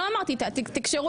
ברור שתהיה בחינה.